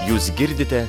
jūs girdite